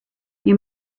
you